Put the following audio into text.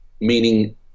meaning